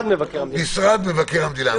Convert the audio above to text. משרד מבקר המדינה.